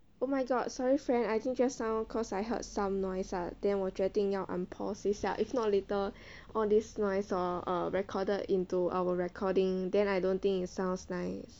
oh my god sorry friend actually just now cause I heard some noise ah then 我决定要按 pause 一下 if not later all this noise orh recorded into our recording then I don't think it sounds nice